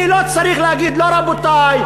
אני לא צריך להגיד לא "רבותי",